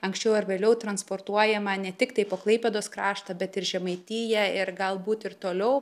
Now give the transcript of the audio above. anksčiau ar vėliau transportuojama ne tiktai po klaipėdos kraštą bet ir žemaitiją ir galbūt ir toliau